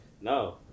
No